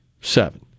Seven